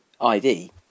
ID